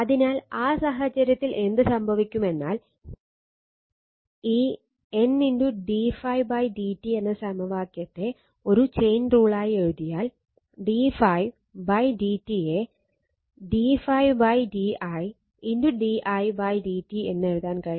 അതിനാൽ ആ സാഹചര്യത്തിൽ എന്ത് സംഭവിക്കും എന്നാൽ ഈ N d∅dt എന്ന സമവാക്യത്തെ ഒരു ചെയിൻ റൂളായി എഴുതിയാൽ d∅dt യെ d ∅ d i d i d t എന്ന് എഴുതാൻ കഴിയും